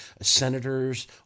senators